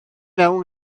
mewn